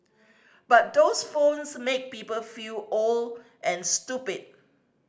but those phones make people feel old and stupid